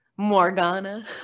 Morgana